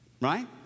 right